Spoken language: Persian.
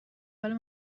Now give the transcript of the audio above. حالا